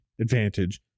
advantage